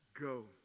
go